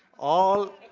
all